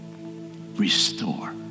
restore